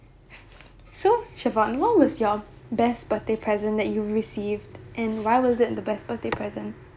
so chivonne what was your best birthday present that you received and why was it the best birthday present